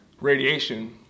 radiation